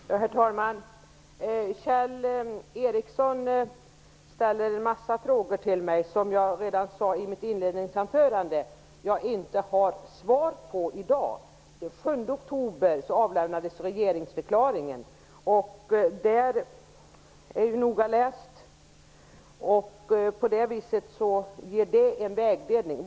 Herr talman! Kjell Ericsson ställer en massa frågor till mig. Jag sade redan i mitt inledningsanförande att jag inte har svar på dem i dag. Den 7 oktober avlämnades regeringsförklaringen. Den är ju noga läst. Den ger en vägledning.